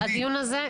הדיון הזה,